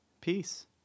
Peace